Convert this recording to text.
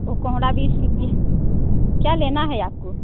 और कोहड़ा बीस रुपयेक्या लेना है आपको